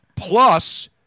Plus